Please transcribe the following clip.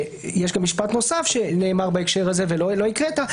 ויש גם משפט נוסף שנאמר בהקשר הזה שלא הקראת.